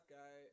guy